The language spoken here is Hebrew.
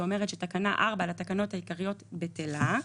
שאומרת שתקנה 4 לתקנות העיקריות בטלה,